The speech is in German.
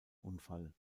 unfall